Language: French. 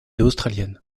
australienne